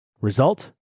Result